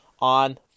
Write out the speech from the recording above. on